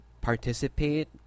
participate